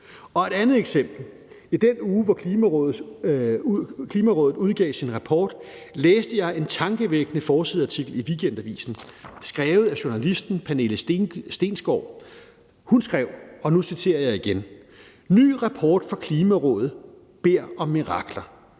er et andet eksempel: I den uge, hvor Klimarådet udgav sin rapport, læste jeg en tankevækkende forsideartikel i Weekendavisen skrevet af journalisten Pernille Stensgaard. Hun skrev: »Hvis bare vi var nogle helt andre, kunne Jorden reddes. Ny rapport fra Klimarådet beder om mirakler.«